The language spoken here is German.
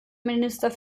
minister